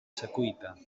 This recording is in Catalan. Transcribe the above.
secuita